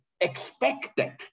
expected